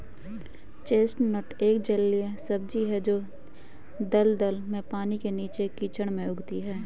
chestnut एक जलीय सब्जी है जो दलदल में, पानी के नीचे, कीचड़ में उगती है